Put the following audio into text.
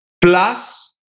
plus